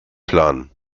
planen